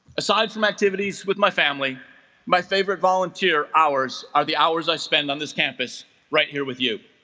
aside from activities with my family my favorite volunteer hours are the hours i spend on this campus right here with you